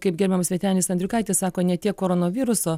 kaip gerbiamas vytenis andriukaitis sako ne tiek koronaviruso